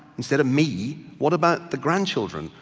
instead of me, what about the grandchildren?